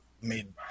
made